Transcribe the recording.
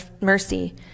mercy